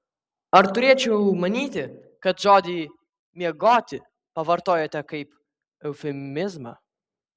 ar turėčiau manyti kad žodį miegoti pavartojote kaip eufemizmą